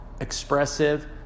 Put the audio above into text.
expressive